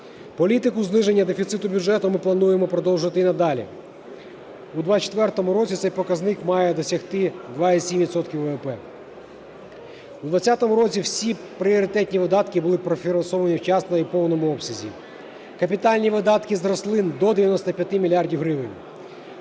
Політику зниження дефіциту бюджету ми плануємо продовжити і надалі, у 2024 році цей показник має досягти 2,7 відсотка ВВП. У 2020 році всі пріоритетні видатки були профінансовані вчасно і в повному обсязі. Капітальні видатки зросли до 95 мільярдів